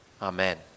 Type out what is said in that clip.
Amen